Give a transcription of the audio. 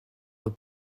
voie